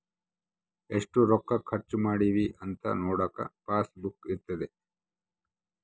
ಎಷ್ಟ ರೊಕ್ಕ ಖರ್ಚ ಮಾಡಿವಿ ಅಂತ ನೋಡಕ ಪಾಸ್ ಬುಕ್ ಇರ್ತದ